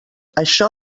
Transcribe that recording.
això